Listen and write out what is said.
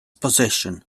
possession